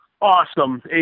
awesome